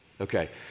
Okay